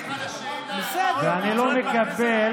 אני לא מקבל